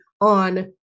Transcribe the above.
on